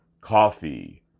coffee